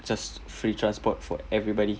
just free transport for everybody